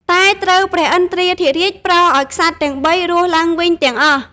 តែត្រូវព្រះឥន្ទ្រាធិរាជប្រោសឱ្យក្សត្រទាំងបីរស់វិញទាំងអស់។